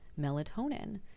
melatonin